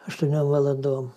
aštuoniom valandom